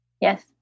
Yes